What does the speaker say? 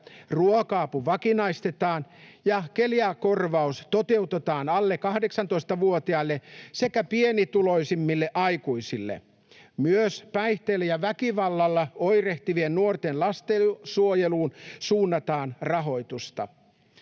ruoka-apu vakinaistetaan ja keliakiakorvaus toteutetaan alle 18-vuotiaille sekä pienituloisimmille aikuisille. Myös päihteillä ja väkivallalla oirehtivien nuorten lastensuojeluun suunnataan rahoitusta.